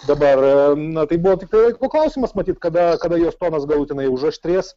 dabar na tai buvo tik tai laiko klausimas matyt kada kada jos tonas galutinai užaštrės